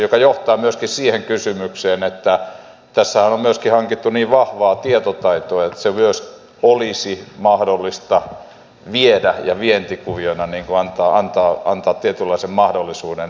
tämä johtaa myöskin siihen kysymykseen että tässähän on myös hankittu niin vahvaa tietotaitoa että se myös olisi mahdollista viedä ja vientikuviona se antaa tietynlaisen mahdollisuuden